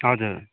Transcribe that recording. हजुर